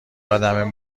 ادم